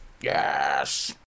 Yes